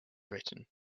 britain